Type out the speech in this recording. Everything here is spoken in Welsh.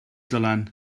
dylan